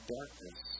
darkness